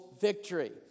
victory